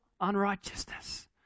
unrighteousness